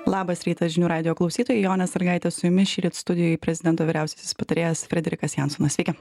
labas rytas žinių radijo klausytojai jonė sąlygaitė su jumis šįryt studijoj prezidento vyriausiasis patarėjas frederikas jansonas sveiki